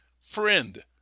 friend